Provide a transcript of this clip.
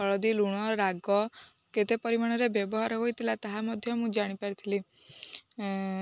ହଳଦୀ ଲୁଣ ରାଗ କେତେ ପରିମାଣରେ ବ୍ୟବହାର ହୋଇଥିଲା ତାହା ମଧ୍ୟ ମୁଁ ଜାଣିପାରି ଥିଲି